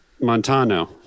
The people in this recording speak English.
Montano